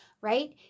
Right